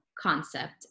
Concept